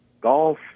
golf